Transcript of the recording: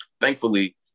thankfully